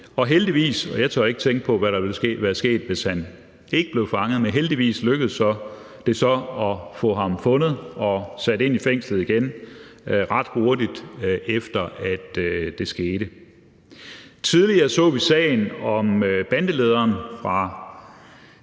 fanget – lykkedes det så at finde ham og få ham sat ind i fængslet igen ret hurtigt, efter at det skete. Tidligere så vi sagen om bandelederen